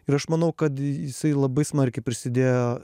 ir aš manau kad jisai labai smarkiai prisidėjo